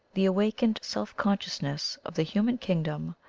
the awakened self consciousness of the human kingdom,